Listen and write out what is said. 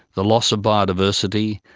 the loss of biodiversity,